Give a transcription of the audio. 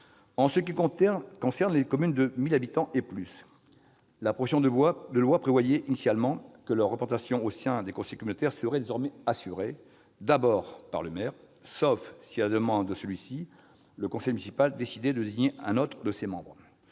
En ce qui concerne les communes de 1 000 habitants et plus, la proposition de loi prévoyait initialement que leur représentation au sein des conseils communautaires serait désormais assurée, d'abord, par le maire, sauf si, à la demande de celui-ci, le conseil municipal décidait de désigner un autre de ses membres